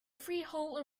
freehold